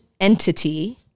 entity